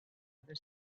other